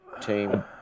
team